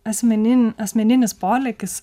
asmenin asmeninis polėkis